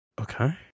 Okay